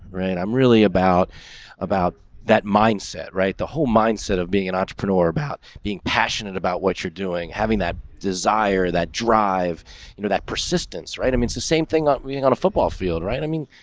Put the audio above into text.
right. i'm really about about that mindset, right? the whole mindset of being an entrepreneur about being passionate about what you're doing, having that desire, that dr you know that persistence, right? it means the same thing about being on a football field, right? i mean,